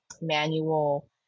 manual